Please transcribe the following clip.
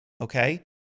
okay